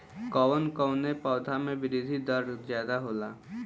कवन कवने पौधा में वृद्धि दर ज्यादा होला?